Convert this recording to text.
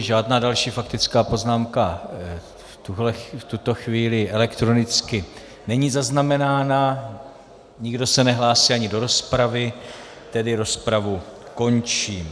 Žádná další faktická poznámka v tuto chvíli elektronicky není zaznamenána, nikdo se nehlásí ani do rozpravy, tedy rozpravu končím.